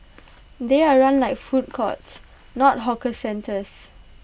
they are run like food courts not hawker centres